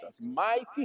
mighty